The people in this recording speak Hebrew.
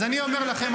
אז אני אומר לכם,